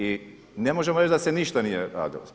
I ne možemo reći da se ništa nije radilo.